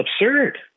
absurd